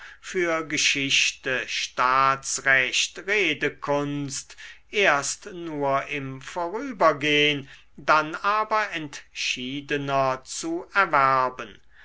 für geschichte staatsrecht redekunst erst nur im vorübergehn dann aber entschiedener zu erwerben